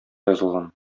язылган